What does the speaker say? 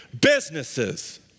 businesses